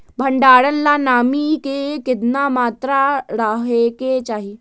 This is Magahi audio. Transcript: भंडारण ला नामी के केतना मात्रा राहेके चाही?